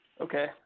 okay